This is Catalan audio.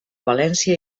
valència